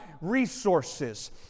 resources